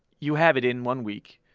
you have it in one week,